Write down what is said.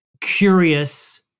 curious